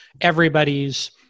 everybody's